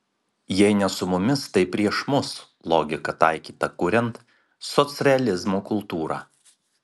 jei ne su mumis tai prieš mus logika taikyta kuriant socrealizmo kultūrą